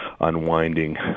unwinding